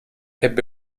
ebbe